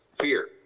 fear